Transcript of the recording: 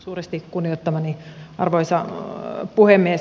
suuresti kunnioittamani arvoisa puhemies